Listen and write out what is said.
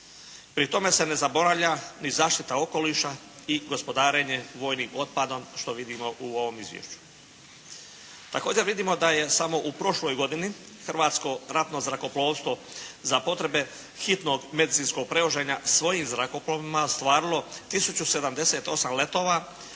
Pri tome se ne zaboravlja ni zaštita okoliša i gospodarenje vojnim otpadom što vidimo u ovom izvješću. Također vidimo da je samo u prošloj godini Hrvatsko ratno zrakoplovstvo za potrebe hitnog medicinskog prevoženja svojim zrakoplovima ostvarilo tisuću 78 letova